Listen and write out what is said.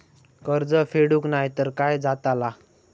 कर्ज फेडूक नाय तर काय जाताला?